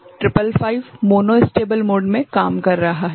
तो यह 555 monostable mode मे काम कर रहा है